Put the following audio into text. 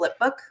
flipbook